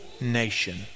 nation